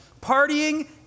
partying